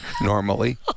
normally